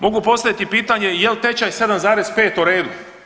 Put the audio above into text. Mogu postaviti pitanje je li tečaj 7,5 u redu.